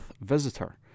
visitor